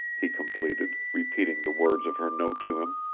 he completed, repeating the words of her note to him.